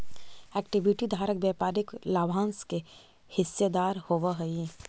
equity धारक व्यापारिक लाभांश के हिस्सेदार होवऽ हइ